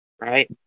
right